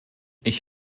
ich